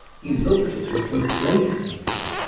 he looked at me complacently,